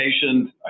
patient